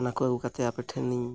ᱚᱱᱟᱠᱚ ᱟᱹᱜᱩ ᱠᱟᱛᱮᱫ ᱟᱯᱮᱴᱷᱮᱱᱤᱧ